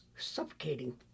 suffocating